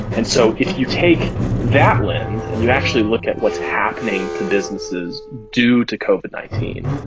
and so if you take that lens and you actually look at what's happening to businesses due to covid nineteen,